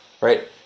Right